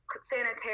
sanitary